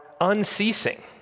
unceasing